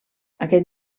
aquest